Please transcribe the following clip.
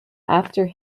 after